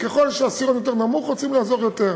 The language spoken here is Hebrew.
ככל שהעשירון יותר נמוך רוצים לעזור יותר,